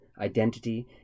identity